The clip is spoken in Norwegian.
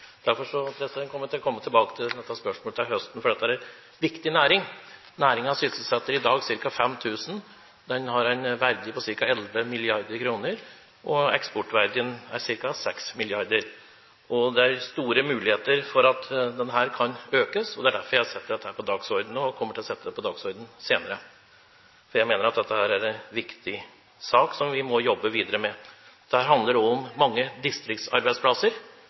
Derfor kommer jeg til å komme tilbake til dette spørsmålet til høsten, for dette er en viktig næring. Næringen sysselsetter i dag ca. 5 000. Den har en verdi på ca. 11 mrd. kr, og eksportverdien er ca. 6 mrd. kr. Det er store muligheter for at denne kan økes, og det er derfor jeg setter dette på dagsordenen og kommer til å sette det på dagsordenen senere, for jeg mener dette er en viktig sak som vi må jobbe videre med. Dette handler også om mange distriktsarbeidsplasser,